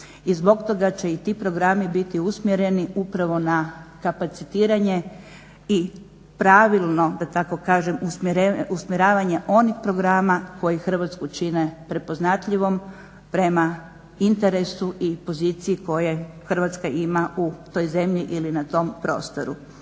i zbog toga će i ti programi biti usmjereni upravo na kapacitiranje i pravilno da tako kažem usmjeravanje onih programa koji Hrvatsku čine prepoznatljivom prema interesu i poziciji koje Hrvatska ima u toj zemlji ili na tom prostoru.